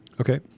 Okay